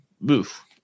boof